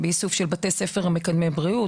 איסוף נתונים של ׳בתי ספר מקדמי בריאות׳